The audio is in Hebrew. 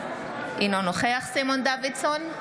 אינו נוכח סימון דוידסון,